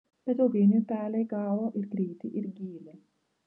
bet ilgainiui upelė įgavo ir greitį ir gylį